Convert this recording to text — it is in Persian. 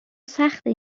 سخته